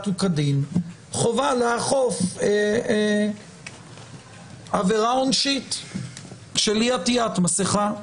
וכדין חובה לאכוף עבירה עונשית של אי-עטיית מסכה.